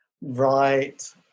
Right